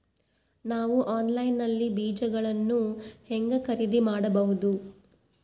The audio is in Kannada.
ನಾವು ಆನ್ಲೈನ್ ನಲ್ಲಿ ಬೇಜಗಳನ್ನು ಹೆಂಗ ಖರೇದಿ ಮಾಡಬಹುದು?